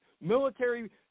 military